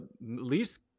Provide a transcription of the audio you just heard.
least